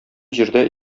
җирдә